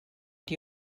die